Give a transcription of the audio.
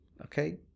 okay